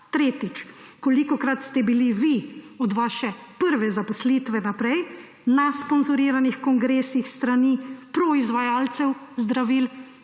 Tretjič, kolikokrat ste bili vi od vaše prve zaposlitve naprej na sponzoriranih kongresih s strani proizvajalcev zdravil?